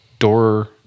Door